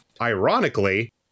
Ironically